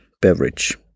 beverage